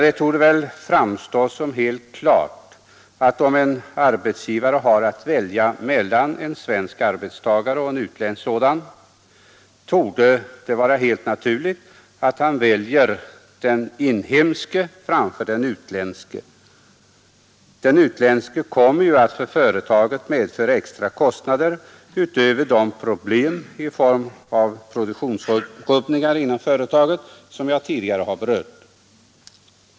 Det torde väl framstå som helt klart att en arbetsgivare, som har att välja mellan en svensk arbetstagare och en utländsk sådan, väljer den inhemske framför den utländske; den utländske kommer ju att för företaget medföra extra kostnader utöver de problem i form av produktionsrubbningar inom företaget som jag tidigare har berört.